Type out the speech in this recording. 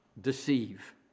deceive